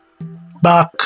back